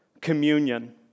communion